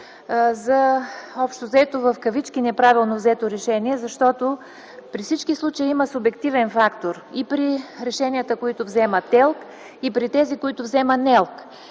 за общо взето в кавички „неправилно взето решение”. Защото при всички случаи има субективен фактор. И при решенията, които взема ТЕЛК, и при тези, които взема НЕЛК.